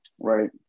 Right